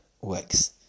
works